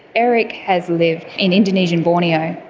erik has lived in indonesian borneo.